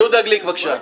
יהודה גליק, בבקשה.